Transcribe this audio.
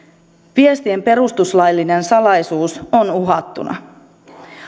viestien perustuslaillinen salaisuus on uhattuna